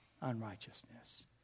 unrighteousness